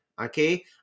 Okay